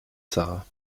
sara